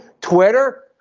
Twitter